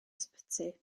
ysbyty